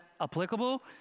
applicable